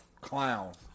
Clowns